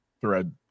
thread